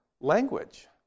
language